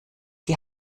die